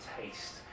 taste